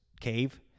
cave